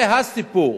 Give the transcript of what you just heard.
זה הסיפור.